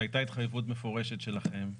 הייתה התחייבות מפורשת שלכם,